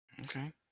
Okay